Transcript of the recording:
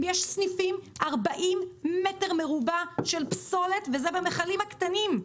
יש סניפים שיש להם 40 מ"ר של פסולת של מכלים קטנים.